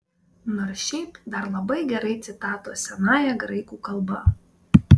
nors šiaip dar labai gerai citatos senąja graikų kalba